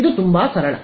ಇದು ತುಂಬಾ ಸರಳ